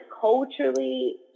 culturally